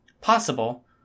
Possible